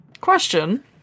question